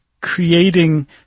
creating